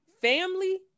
family